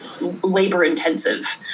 labor-intensive